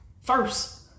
First